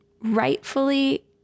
rightfully